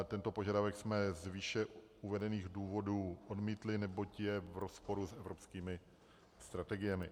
Tento požadavek jsme z výše uvedených důvodů odmítli, neboť je v rozporu s evropskými strategiemi.